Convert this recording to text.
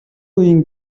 үеийн